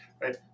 right